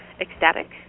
ecstatic